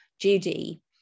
Judy